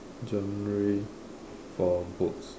genre for books